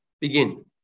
begin